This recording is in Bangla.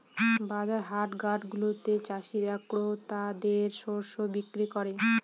বাজার হাটগুলাতে চাষীরা ক্রেতাদের শস্য বিক্রি করে